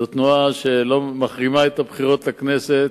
תנועה שמחרימה את הבחירות לכנסת,